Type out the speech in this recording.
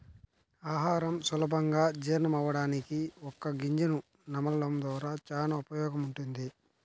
ఆహారం సులభంగా జీర్ణమవ్వడానికి వక్క గింజను నమలడం ద్వారా చానా ఉపయోగముంటది